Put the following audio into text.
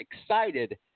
excited